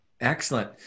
Excellent